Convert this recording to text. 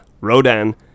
rodan